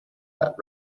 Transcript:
that